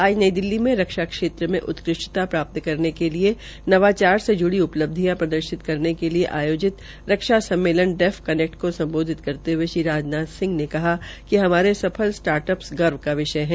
आज नई दिल्ली में रक्षा क्षेत्र में उत्कृष्टता प्राप्त करने के लिए नवाचार से जुड़ी उ लब्धियां प्रदर्शित करने के लिए आयोजित रक्षा सम्मेलन डेड़ कनेक्ट को सम्बोधित करते हये श्री राजनाथ सिंह ने कहा कि हमारे सफल स्टाट अध गर्व का विष्य है